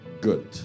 good